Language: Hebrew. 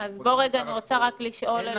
אנחנו לא יודעים למי לפנות יותר.